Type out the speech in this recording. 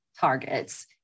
targets